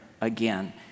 again